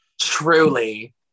Truly